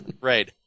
Right